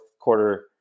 quarter